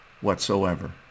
whatsoever